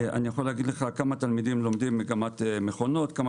אני יכול לומר לך כמה תלמידים לומדים במגמת מכונות --- לא,